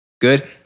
good